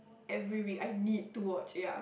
every week I need to watch ya